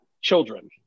children